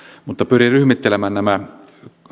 mutta pyrin ryhmittelemään nämä